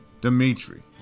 Dimitri